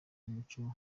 umuco